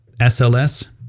SLS